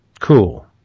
Cool